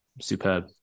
superb